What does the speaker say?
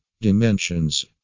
Dimensions